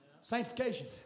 Sanctification